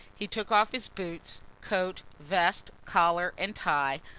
he took off his boots, coat, vest, collar and tie,